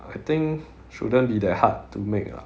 I think shouldn't be that hard to make lah